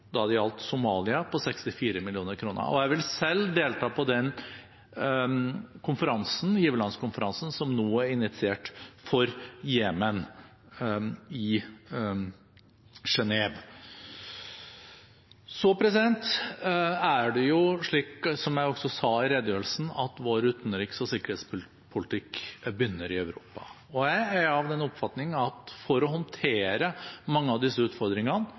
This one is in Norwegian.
det gjaldt Somalia, med 64 mill. kr. Jeg vil selv delta på den giverlandskonferansen som nå er initiert for Jemen i Genève. Så er det slik, som jeg også sa i redegjørelsen, at vår utenriks- og sikkerhetspolitikk begynner i Europa. Jeg er av den oppfatning at for å håndtere mange av disse utfordringene